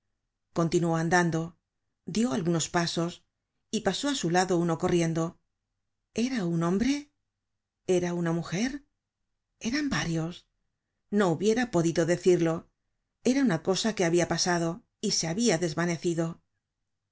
continuó andando dió algunos pasos y pasó á su lado uno corriendo era un hombre era una mujer eran varios no hubiera podido decirlo era una cosa que habia pasado y se habia desvanecido